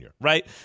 right